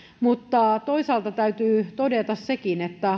mutta toisaalta täytyy todeta sekin että